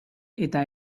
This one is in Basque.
eta